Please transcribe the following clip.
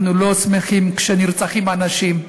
אנחנו לא שמחים כשנרצחים אנשים,